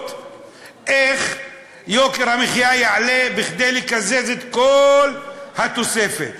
איך יוקר המחיה יעלה כדי לקזז את כל התוספת.